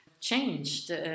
changed